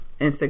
Instagram